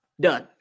done